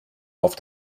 auf